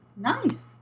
Nice